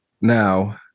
Now